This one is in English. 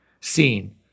seen